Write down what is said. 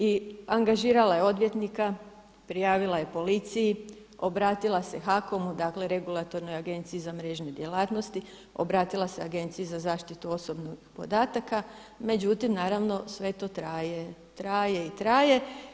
I angažirala je odvjetnika, prijavila je policiji, obratila se HAKOM-u, dakle regulatornoj agenciji za mrežne djelatnosti, obratila se Agenciji za zaštitu osobnih podataka, međutim naravno sve to traje, traje i traje.